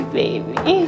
baby